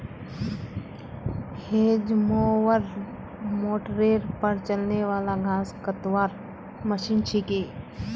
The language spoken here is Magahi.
हेज मोवर मोटरेर पर चलने वाला घास कतवार मशीन छिके